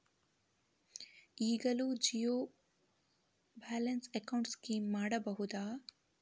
ಈಗಲೂ zero balance account scheme ಮಾಡಬಹುದಾ?